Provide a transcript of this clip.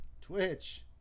Twitch